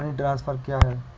Money transfer क्या है?